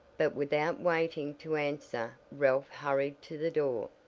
but without waiting to answer ralph hurried to the door.